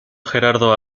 gerardo